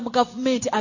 government